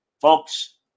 Folks